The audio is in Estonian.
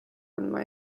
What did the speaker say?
kandma